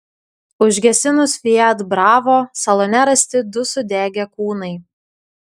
užgesinus fiat bravo salone rasti du sudegę kūnai